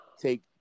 take